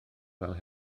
fel